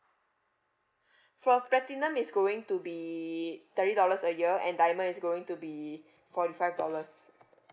for platinum it's going to be thirty dollars a year and diamond is going to be forty five dollars